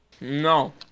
no